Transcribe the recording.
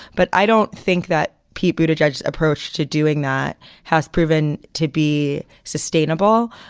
but i don't think that people to judge approach to doing that has proven to be sustainable.